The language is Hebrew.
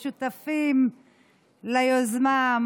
השותפים ליוזמה,